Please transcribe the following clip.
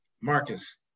Marcus